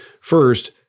First